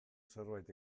zerbait